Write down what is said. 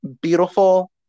beautiful